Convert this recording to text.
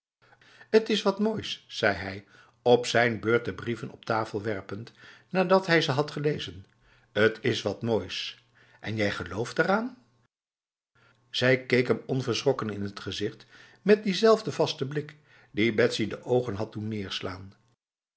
t is wat moois zei hij op zijn beurt de brieven op tafel werpend nadat hij ze had gelezen t is wat moois en jij gelooft daaraan zij keek hem onverschrokken in het gezicht met diezelfde vaste blik die betsy de ogen had doen neerslaan